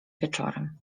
wieczorem